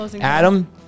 Adam